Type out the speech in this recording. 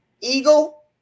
eagle